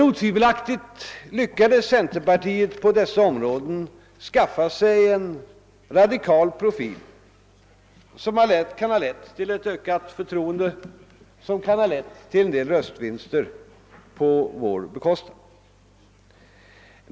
Otvivelaktigt har emellertid centern på dessa områden lyckats skaffa sig en radikal profil, som kan ha lett till ett ökat förtroende och till röstvinster på vår bekostnad.